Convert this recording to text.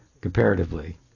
comparatively